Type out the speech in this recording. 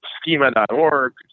schema.org